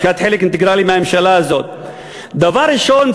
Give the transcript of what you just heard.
ואת חלק אינטגרלי של הממשלה הזאת: דבר ראשון,